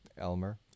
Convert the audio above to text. Elmer